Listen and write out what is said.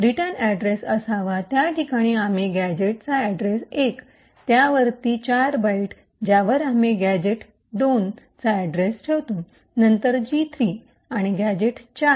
return address असावा त्या ठिकाणी आम्ही गॅझेटचा अड्रेस १ त्यावरती ४ बाइट ज्यावर आम्ही गॅझेट २ चा अड्रेस ठेवतो नंतर जी ३ आणि गॅझेट ४